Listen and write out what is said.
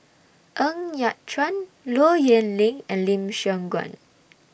Ng Yat Chuan Low Yen Ling and Lim Siong Guan